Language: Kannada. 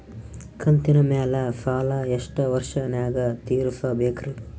ಕಂತಿನ ಮ್ಯಾಲ ಸಾಲಾ ಎಷ್ಟ ವರ್ಷ ನ್ಯಾಗ ತೀರಸ ಬೇಕ್ರಿ?